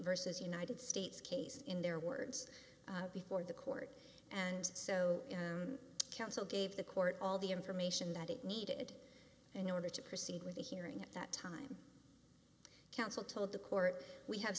versus united states case in their words before the court and so counsel gave the court all the information that it needed in order to proceed with the hearing at that time counsel told the court we have